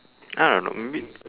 I don't know maybe